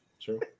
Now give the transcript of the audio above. True